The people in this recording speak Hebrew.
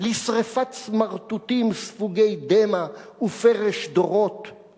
לשרפת סמרטוטים ספוגי דמע ופרש דורות!//